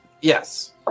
Yes